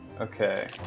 Okay